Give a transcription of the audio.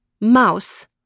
mouse